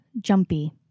Jumpy